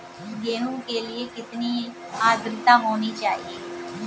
गेहूँ के लिए कितनी आद्रता होनी चाहिए?